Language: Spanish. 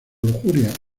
lujuria